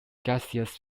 gaseous